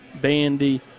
Bandy